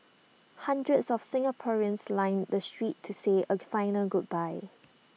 hundreds of Singaporeans lined the streets to say A final goodbye